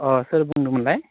अह सोर बुंदोंमोनलाय